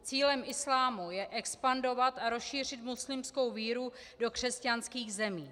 Cílem islámu je expandovat a rozšířit muslimskou víru do křesťanských zemí.